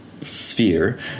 sphere